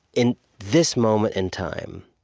in this moment in time,